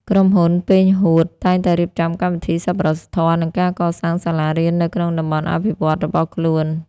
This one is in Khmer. ក្រុមហ៊ុន ប៉េង ហួត (Peng Huoth) តែងតែរៀបចំកម្មវិធីសប្បុរសធម៌ និងការកសាងសាលារៀននៅក្នុងតំបន់អភិវឌ្ឍន៍របស់ខ្លួន។